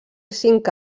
cinc